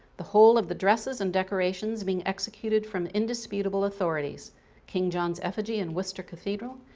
the whole of the dresses and decorations being executed from indisputable authorities king john's effigy in worcester cathedral,